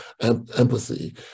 empathy